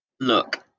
look